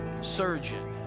surgeon